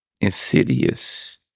insidious